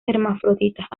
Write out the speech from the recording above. hermafroditas